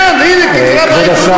כן, הנה, תקרא בעיתונות.